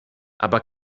aber